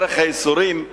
דרך הייסורים,